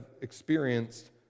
experienced